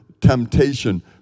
temptation